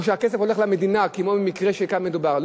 או שהכסף הולך למדינה, כמו במקרה שכאן דובר עליו.